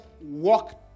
walk